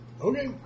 Okay